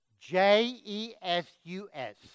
J-E-S-U-S